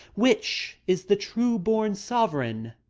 which is the true borne sovereign,